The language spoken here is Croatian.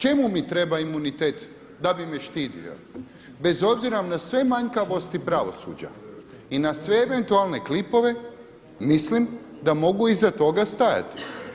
Čemu mi treba imunitet da bi me štitio bez obzira na sve manjkavosti pravosuđa i na sve eventualne klipove mislim da mogu iza toga stajati.